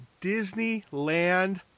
Disneyland